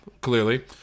clearly